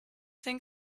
think